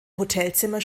hotelzimmer